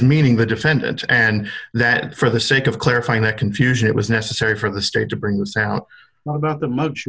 meaning the defendant and that for the sake of clarifying the confusion it was necessary for the state to bring this out about